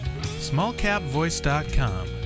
Smallcapvoice.com